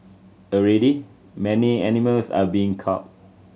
already many animals are being culled